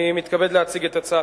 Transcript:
אני מתכבד להציג את הצעתנו,